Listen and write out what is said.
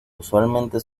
usualmente